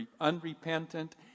unrepentant